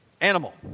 animal